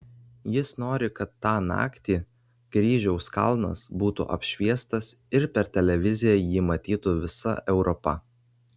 jis nori kad tą naktį kryžiaus kalnas būtų apšviestas ir per televiziją jį matytų visa europa